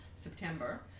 September